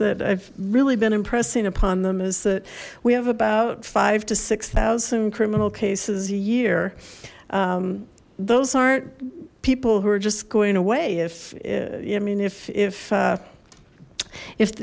that i've really been impressing upon them is that we have about five to six thousand criminal cases a year those aren't people who are just going away if yeah i mean if if